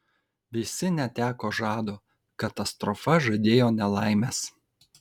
visi neteko žado katastrofa žadėjo nelaimes